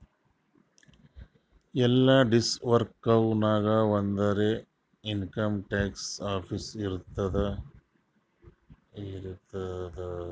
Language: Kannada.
ಎಲ್ಲಾ ಡಿಸ್ಟ್ರಿಕ್ಟ್ ನಾಗ್ ಒಂದರೆ ಇನ್ಕಮ್ ಟ್ಯಾಕ್ಸ್ ಆಫೀಸ್ ಇರ್ತುದ್